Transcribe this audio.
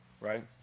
right